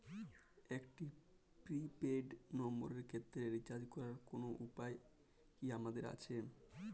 একটি prepaid নম্বরের ক্ষেত্রে রিচার্জ করার কোনো উপায় কি আমাদের আছে?